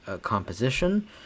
composition